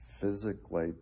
physically